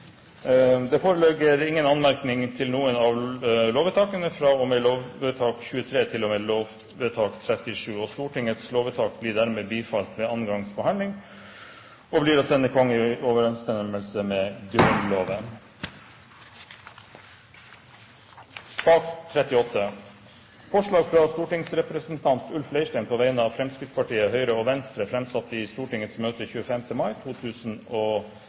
Det foreligger ingen anmerkninger til noen av lovvedtakene fra og med lovvedtak 53 til og med lovvedtak 67. Stortingets lovvedtak er dermed bifalt ved andre gangs behandling, og samtlige blir å sende Kongen i overensstemmelse med Grunnloven. – Det anses vedtatt. Det voteres over forslag fra stortingsrepresentant Ulf Leirstein på vegne av Fremskrittspartiet, Høyre og Venstre framsatt i Stortingets møte 25. mai 2010: